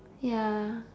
ya